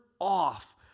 off